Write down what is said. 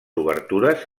obertures